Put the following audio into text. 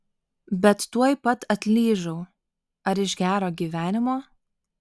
bet tuoj pat atlyžau ar iš gero gyvenimo